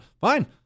Fine